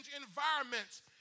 environments